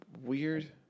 weird